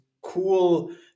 cool